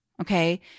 Okay